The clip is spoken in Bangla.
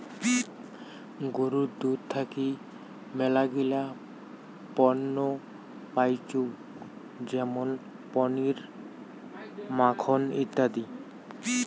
গরুর দুধ থাকি মেলাগিলা পণ্য পাইচুঙ যেমন পনির, মাখন ইত্যাদি